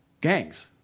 gangs